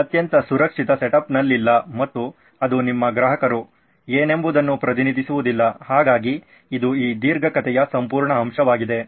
ಅತ್ಯಂತ ಸುರಕ್ಷಿತ ಸೆಟಪ್ನಲ್ಲಿಲ್ಲ ಮತ್ತು ಅದು ನಿಮ್ಮ ಗ್ರಾಹಕರು ಏನೆಂಬುದನ್ನು ಪ್ರತಿನಿಧಿಸುವುದಿಲ್ಲ ಹಾಗಾಗಿ ಇದು ಈ ದೀರ್ಘ ಕಥೆಯ ಸಂಪೂರ್ಣ ಅಂಶವಾಗಿದೆ